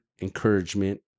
encouragement